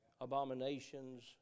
abominations